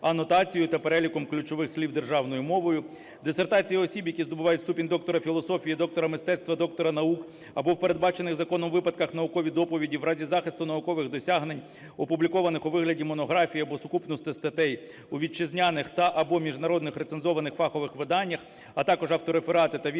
Дисертації осіб, які здобувають ступінь доктора філософії, доктора мистецтва, доктора наук або в передбачених законом випадках наукові доповіді в разі захисту наукових досягнень, опублікованих у вигляді монографій або сукупності статей у вітчизняних та/або міжнародних рецензованих фахових виданнях, а також автореферати та відгуки